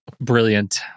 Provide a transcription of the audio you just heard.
Brilliant